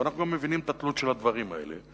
ואנחנו מבינים את התלות של הדברים האלה,